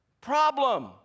problem